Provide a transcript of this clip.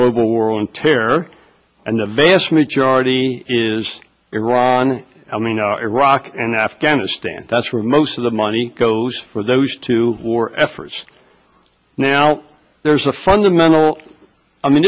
global war on terror and the vast majority is iran i mean iraq and afghanistan that's where most of the money goes for those two war efforts now there's a fundamental i mean